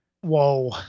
Whoa